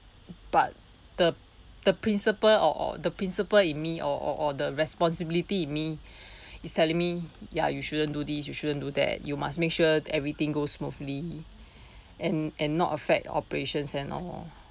but the the principle or or the principle in me or or or the responsibility in me is telling me ya you shouldn't do this you shouldn't do that you must make sure everything goes smoothly and and not affect operations and all